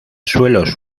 suelos